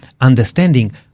understanding